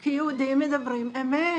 כי יהודים מדברים אמת